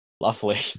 Lovely